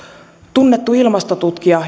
tunnettu ilmastotutkija